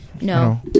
No